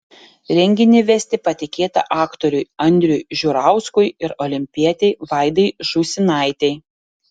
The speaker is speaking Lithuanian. renginį vesti patikėta aktoriui andriui žiurauskui ir olimpietei vaidai žūsinaitei